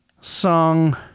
song